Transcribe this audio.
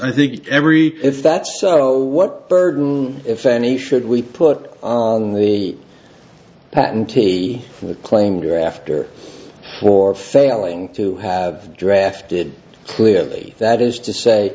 i think every if that's so what burden if any should we put on the patentee of the claim you're after for failing to have drafted clearly that is to say